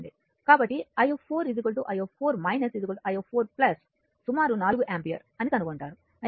కాబట్టి i i i 4 సుమారు 4 ampere అని కనుగొంటారు